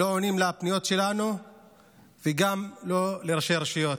לא עונים לפניות שלנו וגם לא לראשי הרשויות.